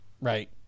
Right